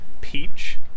Peach